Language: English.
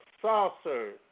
saucer